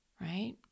Right